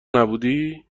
نبودی